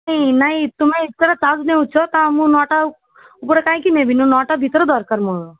ନାଇଁ ନାଇଁ ତୁମେ ଏତେ ଗୁରା ଚାର୍ଜ ନେଉଛ ତ ମୁଁ ନଅଟା ଉପରେ କାହିଁକି ନେବି ନଅଟା ଭିତରେ ଦରକାର ମୋର